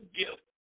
gift